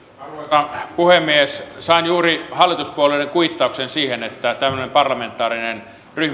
arvoisa puhemies sain juuri hallituspuolueiden kuittauksen siihen että tämmöinen parlamentaarinen